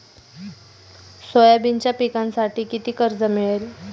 सोयाबीनच्या पिकांसाठी किती कर्ज मिळेल?